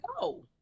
go